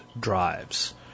drives